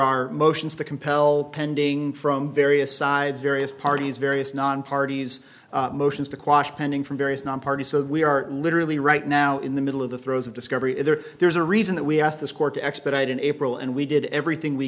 are motions to compel pending from various sides various parties various non parties motions to quash pending from various nonparty so we are literally right now in the middle of the throes of discovery in there there's a reason that we asked this court to expedite in april and we did everything we